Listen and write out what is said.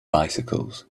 bicycles